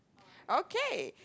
okay